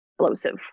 explosive